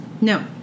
No